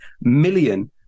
million